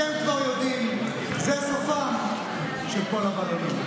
אתם כבר יודעים, זה סופם של כל הבלונים.